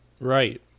Right